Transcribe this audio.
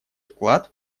вклад